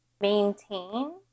maintain